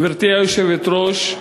גברתי היושבת-ראש,